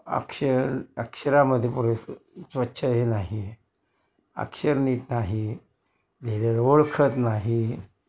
अक्षर अक्षरामध्ये पुरेस स्वच्छ हे नाही अक्षर नीट नाही लिहिलेलं ओळखत नाही